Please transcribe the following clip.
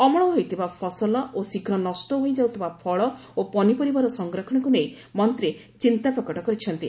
ଅମଳ ହୋଇଥିବା ଫସଲ ଓ ଶୀଘ୍ର ନଷ୍ଟ ହୋଇଯାଉଥିବା ଫଳ ଓ ପନିପରିବାର ସଂରକ୍ଷଣକୁ ନେଇ ମନ୍ତ୍ରୀ ଚିନ୍ତା ପ୍ରକଟ କରିଛନ୍ତି